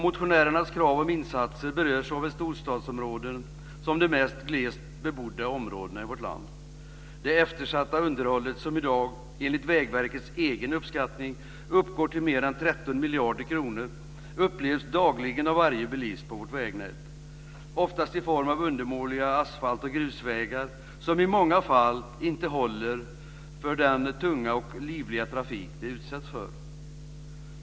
Motionärernas krav om insatser berör såväl storstadsområden som de mest glest bebodda områdena i vårt land. Det eftersatta underhållet, som i dag enligt Vägverkets egen uppskattning uppgår till mer än 13 miljarder kronor, upplevs dagligen av varje bilist på vårt vägnät. Det handlar oftast om undermåliga asfalts och grusvägar som i många fall inte håller för den tunga och livliga trafik de utsätts för.